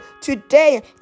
today